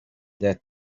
that